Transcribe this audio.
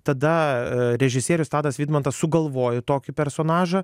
tada režisierius tadas vidmantas sugalvojo tokį personažą